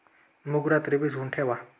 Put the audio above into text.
मूग रात्री भिजवून ठेवा